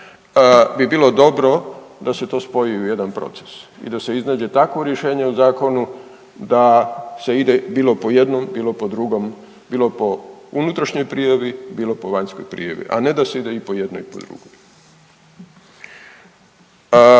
bi bilo dobro da se to spoji u jedan proces i da se iznađe takvo rješenje u zakonu da se ide bilo po jednom, bilo po drugom, bilo po unutrašnjoj prijavi, bilo po vanjskoj prijavi. A ne da se ide i po jedno i po drugo.